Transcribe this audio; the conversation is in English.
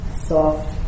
soft